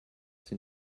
sin